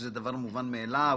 שזה דבר מובן מאליו,